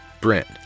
Brent